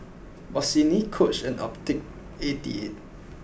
Bossini Coach and Optical eighty eight